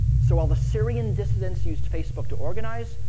so all the syrian dissidents used facebook to organize.